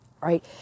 right